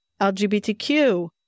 LGBTQ